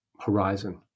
horizon